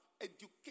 education